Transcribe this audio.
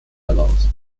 heraus